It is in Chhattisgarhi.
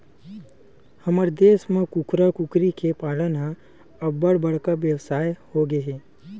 हमर देस म कुकरा, कुकरी के पालन ह अब्बड़ बड़का बेवसाय होगे हे